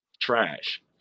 Trash